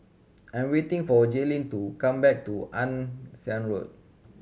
I'm waiting for Jaylen to come back from Ann Siang Road